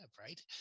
right